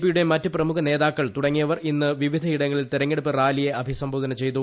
പിയുടെ മറ്റ് പ്രമുഖ നേതാക്കൾ തുടങ്ങിയർ ഇന്ന് വിവിധയിടങ്ങളിൽ തെരഞ്ഞെടുപ്പ് റാലിയെ അഭിസംബോധന ചെയ്തു